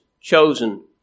chosen